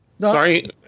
Sorry